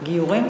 גיורים?